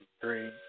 three